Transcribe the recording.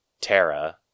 Tara